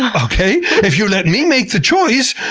ah okay? if you let me make the choice,